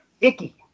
icky